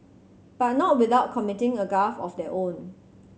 but not without committing a gaffe of their own